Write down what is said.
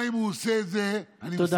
הוא עושה את זה, תודה.